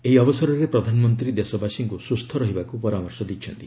ଏହି ଅବସରରେ ପ୍ରଧାନମନ୍ତ୍ରୀ ଦେଶବାସୀଙ୍କୁ ସୁସ୍ଥ ରହିବାକୁ ପରାମର୍ଶ ଦେଇଛନ୍ତି